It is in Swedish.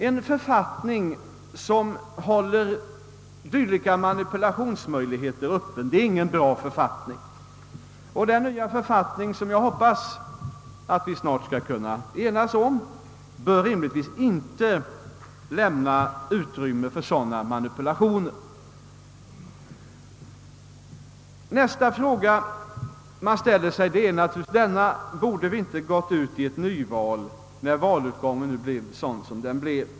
En författning som håller dylika manipulationsmöjligheter öppna är ingen bra författning. Den nya författning som jag hoppas att vi snart skall kunna enas om bör rimligtvis inte lämna utrymme för sådana manipulationer. Nästa fråga man ställer sig är naturligtvis om vi inte borde ha gått ut i ett nyval, när valutgången nu blev sådan som den blev.